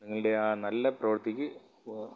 നിങ്ങളുടെ ആ നല്ല പ്രവൃത്തിക്ക്